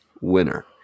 winner